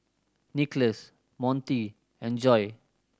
Nicholas Monty and Joi